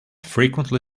frequently